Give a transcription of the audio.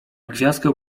gwiazdkę